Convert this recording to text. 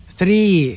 three